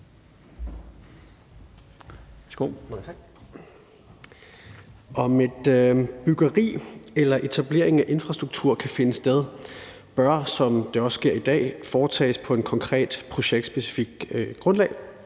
om et byggeri eller etablering af infrastruktur kan finde sted, bør, som det også sker i dag, foretages på et konkret projektspecifikt grundlag